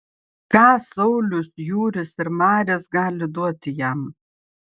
ką saulius jūris ir maris gali duoti jam